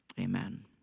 amen